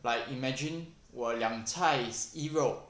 like imagine 我两菜一肉